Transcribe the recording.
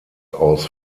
aus